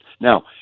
now